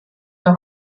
für